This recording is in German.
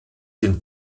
den